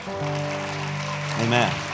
Amen